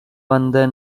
வந்த